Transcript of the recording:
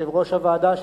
יושב-ראש הוועדה,